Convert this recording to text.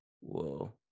whoa